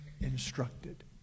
instructed